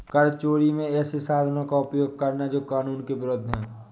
कर चोरी में ऐसे साधनों का उपयोग करना जो कानून के विरूद्ध है